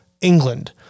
England